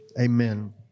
Amen